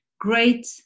great